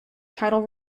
title